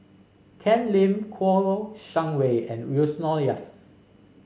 Ken Lim Kouo Shang Wei and Yusnor Ef